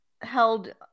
held